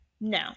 no